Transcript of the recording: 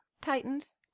Titans